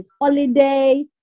holiday